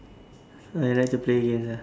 I like to play games ah